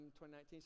2019